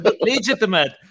legitimate